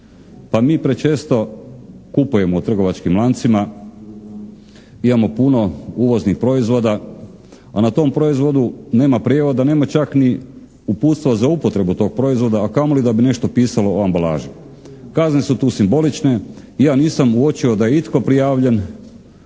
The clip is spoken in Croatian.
Pa mi prečesto kupujemo u trgovačkim lancima, imamo puno uvoznih proizvoda, a na tom proizvodu nema prijevoda, nema čak ni uputstva za upotrebu tog proizvoda a kamoli da bi nešto pisalo o ambalaži. Kazne su tu simbolične i ja nisam uočio da je itko prijavljen